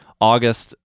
August